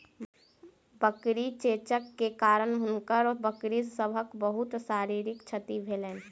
बकरी चेचक के कारण हुनकर बकरी सभक बहुत शारीरिक क्षति भेलैन